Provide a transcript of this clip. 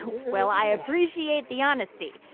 well, i appreciate the honesty.